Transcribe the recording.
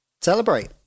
Celebrate